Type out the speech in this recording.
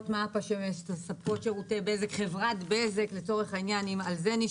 לספק שירות לפני שהוא